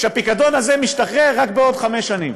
והפיקדון הזה משתחרר רק בעוד חמש שנים.